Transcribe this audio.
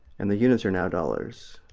and the units are now dollars.